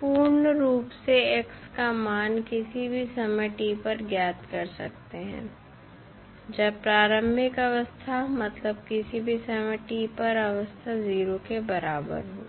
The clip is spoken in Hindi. पूर्ण रूप से x का मान किसी भी समय t पर ज्ञात कर सकते हैं जब प्रारंभिक अवस्था मतलब किसी भी समय t पर अवस्था 0 के बराबर हो